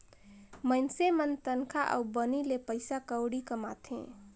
मइनसे मन तनखा अउ बनी ले पइसा कउड़ी कमाथें